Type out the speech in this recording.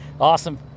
Awesome